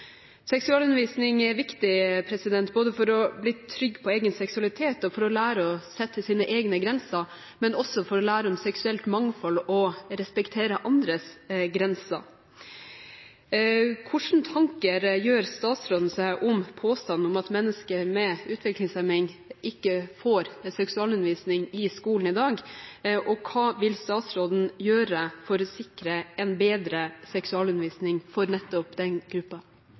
Seksualundervisning er viktig både for å bli trygg på egen seksualitet og for å lære å sette sine egne grenser, men også for å lære om seksuelt mangfold og å respektere andres grenser. Hvilke tanker gjør statsråden seg om påstanden om at mennesker med utviklingshemning ikke får seksualundervisning i skolen i dag, og hva vil statsråden gjøre for å sikre en bedre seksualundervisning for nettopp den